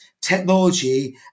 technology